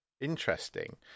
Interesting